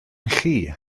chi